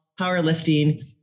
powerlifting